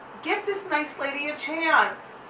give this nice lady a chance!